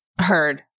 heard